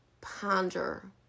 ponder